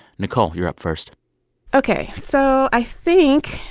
nichole, you're up first ok. so i think,